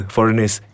Foreigners